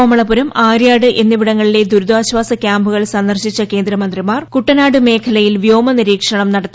കോമളപുരം ആര്യാട് എന്നിവിടങ്ങളിലെ ദുരി താശ്ചാസ ക്യാമ്പുകൾ സന്ദർശിച്ച കേന്ദ്ര മന്ത്രിമാർ കുട്ടനാട് മേഖലയിൽ വ്യോമ നിരീക്ഷണം നടത്തി